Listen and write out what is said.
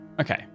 Okay